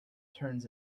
turns